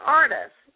artist